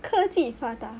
科技发达